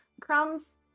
crumbs